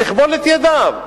תכבול את ידיו.